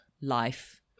life